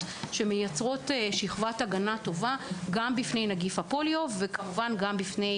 שמייצרות שכבת הגנה טובה בפני נגיף הפוליו וכמובן שגם בפני